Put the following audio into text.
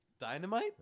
Dynamite